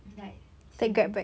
then like sian